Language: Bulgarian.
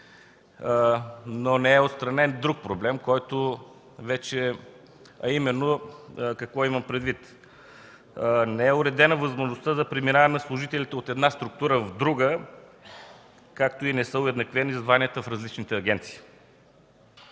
но не е отстранен друг проблем, а именно не е уредена възможността за преминаване на служители от една структура в друга, както и не са уеднаквени званията в различните агенции.